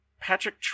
Patrick